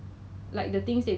then it's like a new brand